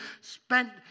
spent